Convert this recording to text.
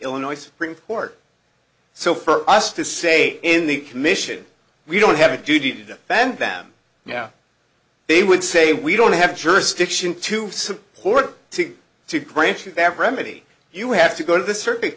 illinois supreme court so for us to say in the commission we don't have a duty to defend them now they would say we don't have jurisdiction to support to to grant you that remedy you have to go to the